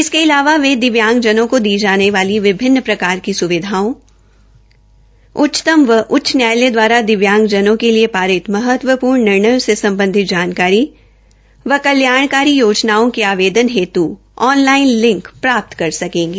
इसके अलावा वे दिव्यांगजनों की दी जाने वाली विभिन्न प्रकार की सुविधाओं उचचतम व उच्च न्यायालय दवारा दिव्यांगजनों से समबधित जानकारी व कल्याणकारी याजनाओं के आवेदन हेतु ऑन लाइन लिंक प्राप्त कर सकेंगे